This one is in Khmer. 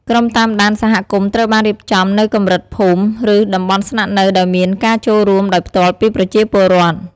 ក្រុមតាមដានសហគមន៍ត្រូវបានរៀបចំនៅកម្រិតភូមិ ឬតំបន់ស្នាក់នៅដោយមានការចូលរួមដោយផ្ទាល់ពីប្រជាពលរដ្ឋ។